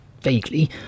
vaguely